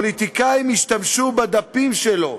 פוליטיקאים השתמשו בדפים שלו,